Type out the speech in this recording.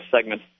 segment